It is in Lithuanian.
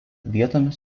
vietomis